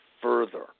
further